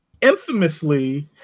Infamously